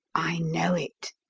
i know it,